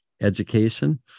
education